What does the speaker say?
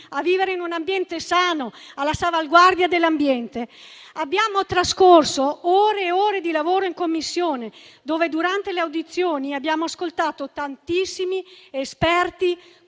a vivere in un ambiente sano, alla salvaguardia dell'ambiente. Abbiamo trascorso ore e ore di lavoro in Commissione e durante le audizioni abbiamo ascoltato tantissimi esperti